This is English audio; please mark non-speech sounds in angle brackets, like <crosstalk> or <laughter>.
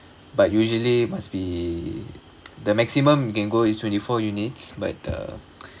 but usually must <noise> be the maximum you can go is twenty four units but uh <noise>